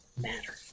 matter